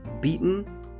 beaten